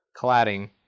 cladding